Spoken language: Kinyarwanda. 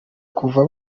kuva